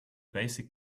basic